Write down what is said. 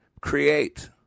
create